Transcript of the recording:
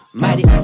mighty